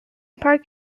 park